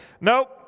Nope